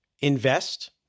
invest